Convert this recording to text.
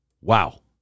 Wow